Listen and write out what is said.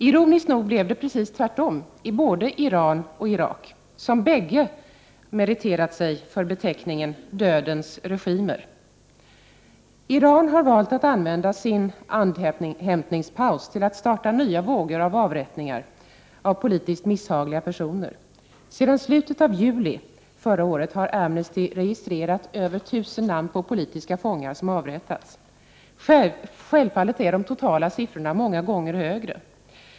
Ironiskt nog blev det precis tvärtom i både Iran och Irak, länder som bägge meriterat sig för beteckningen ”dödens regimer”. Iran har valt att använda sin andhämtningspaus till att starta nya vågor av avrättningar av politiskt misshagliga personer. Sedan slutet av juli förra året har Amnesty registrerat över 1 000 namn på politiska fångar som avrättats. Självfallet är de totala siffrorna många gånger högre.